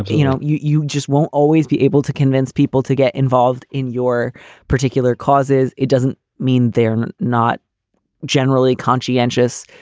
ah you you know, you you just won't always be able to convince people to get involved in your particular causes. it doesn't mean they're not generally conscientious.